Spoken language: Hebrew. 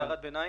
הערת ביניים.